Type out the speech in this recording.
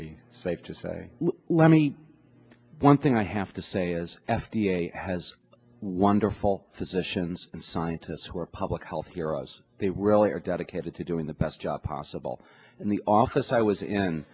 be safe to say let me one thing i have to say is f d a has wonderful physicians and scientists who are public health heroes they really are dedicated to doing the best job possible and the office i was in